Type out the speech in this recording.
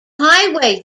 highway